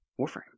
Warframe